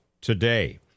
today